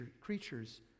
creatures